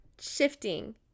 shifting